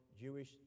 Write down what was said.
Jewish